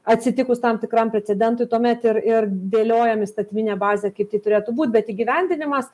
atsitikus tam tikram precedentui tuomet ir ir dėliojam įstatyminę bazę kaip tai turėtų būt bet įgyvendinimas